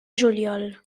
juliol